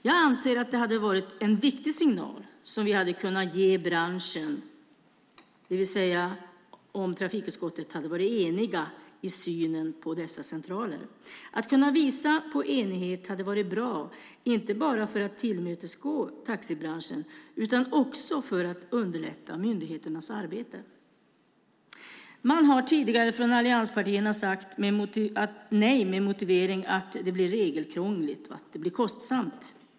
Jag anser att det hade varit en viktig signal som vi hade kunnat ge branschen, det vill säga om trafikutskottet hade varit enigt i synen på dessa centraler. Att kunna visa på enighet hade varit bra, inte bara för att tillmötesgå taxibranschen utan också för att underlätta myndigheternas arbete. Man har tidigare från allianspartiernas sida sagt nej med motiveringen att det blir regelkrångligt och att det blir kostsamt.